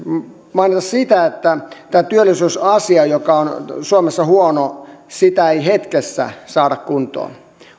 mainita siitä että tätä työllisyysasiaa joka on suomessa huono ei hetkessä saada kuntoon